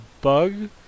Bug